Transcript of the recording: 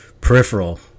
peripheral